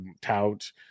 tout